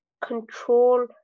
control